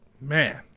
man